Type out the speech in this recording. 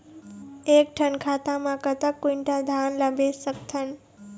एक ठन खाता मा कतक क्विंटल धान ला बेच सकथन?